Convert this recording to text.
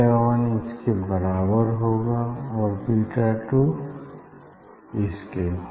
beta one इसके बराबर होगा और बीटा टू इसके